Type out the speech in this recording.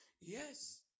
Yes